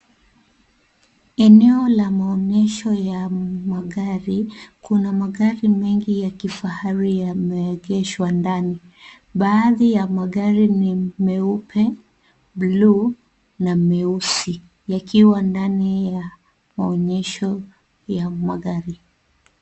Eneo la maonesho ya magari kuna magari mengi ya kifahari yameegeshwa ndani baadhi ya magari ni meupe bluu na meusi yakiwa ndani ya maonyesho ya magari.